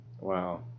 Wow